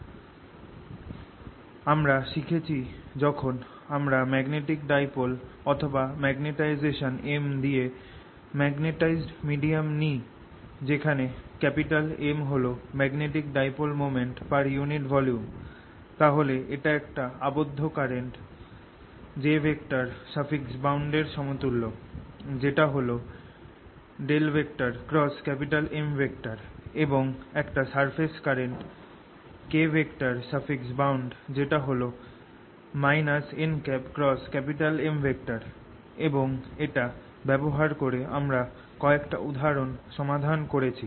3 আমরা শিখেছি যখন আমরা ম্যাগনেটিক ডাইপোল অথবা ম্যাগনেটাইশেসন M দিয়ে মাগনেটাইজড মিডিয়াম নিই যেখানে M হল magnetic dipole moment per unit volume তাহলে এটা একটা আবদ্ধ কারেন্ট Jbound এর সমতুল্য যেটা হল M এবং একটা সারফেস কারেন্ট Kbound যেটা হল nM এবং এটা ব্যবহার করে আমরা কয়েকটা উদাহরণ সমাধান করেছি